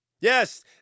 Yes